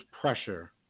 pressure